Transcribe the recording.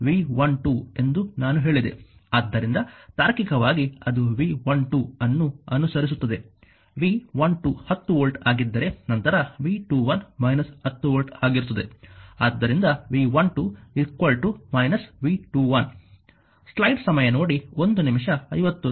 ಆದ್ದರಿಂದ ತಾರ್ಕಿಕವಾಗಿ ಅದು V12 ಅನ್ನು ಅನುಸರಿಸುತ್ತದೆ V12 10 ವೋಲ್ಟ್ ಆಗಿದ್ದರೆ ನಂತರ V21 − 10 ವೋಲ್ಟ್ ಆಗಿರುತ್ತದೆ ಆದ್ದರಿಂದ V12 − V21